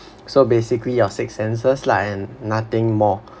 so basically your six senses lah and nothing more